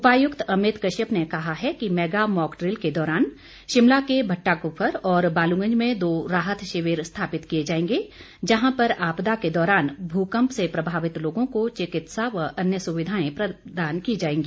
उपायुक्त अमित कश्यप ने कहा है कि मेगा ड्रिल के दौरान शिमला के भट्टाक्फर और बालूगंज में दो राहत शिविर स्थापित किए जाएंगे जहां पर आपदा के दौरान भूकम्प से प्रभावित लोगों को चिकित्सा व अन्य सुविधाएं प्रदान की जांएगी